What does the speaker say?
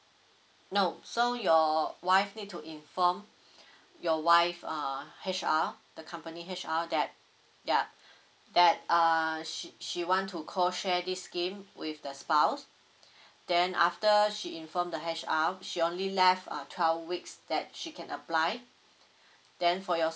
no so your wife need to inform your wife uh H_R the company H_R that ya that uh she she want to co share this scheme with the spouse then after she inform the H_R she only left uh twelve weeks that she can apply then for your